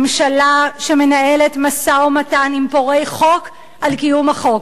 ממשלה שמנהלת משא-ומתן עם פורעי חוק על קיום החוק.